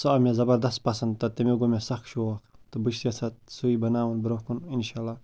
سُہ آو مےٚ زَبردست پَسنٛد تہٕ تمیُک گوٚو مےٚ سَکھ شوق تہٕ بہٕ چھُس یَژھان سُے بناوُن برٛونٛہہ کُن اِنشاء اللہ